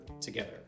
together